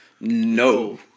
no